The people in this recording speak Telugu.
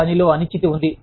పనిలో అనిశ్చితి ఉంది